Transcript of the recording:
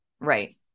right